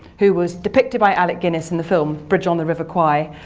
who was depicted by alec guinness in the film bridge on the river kwai.